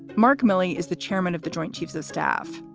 mark milley is the chairman of the joint chiefs of staff.